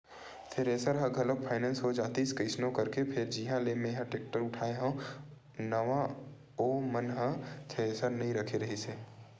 thresher ह घलोक finance हो जातिस कइसनो करके फेर जिहाँ ले मेंहा टेक्टर उठाय हव नवा ओ मन ह थेरेसर नइ रखे रिहिस हे